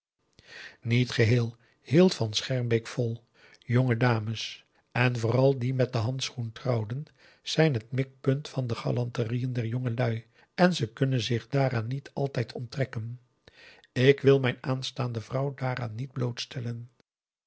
niet geheel hield van schermbeek vol jonge dames en vooral die met den handschoen trouwden zijn het mikpunt van de galanterieën der jongelui en ze kunnen zich daaraan niet altijd onttrekken ik wil mijn aanstaande vrouw daaraan niet